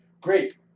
great